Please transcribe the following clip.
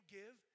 give